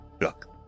look